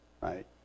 right